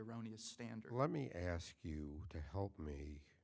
erroneous standard let me ask you to help me